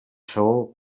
saó